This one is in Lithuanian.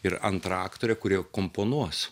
ir antrą aktorę kur jau komponuos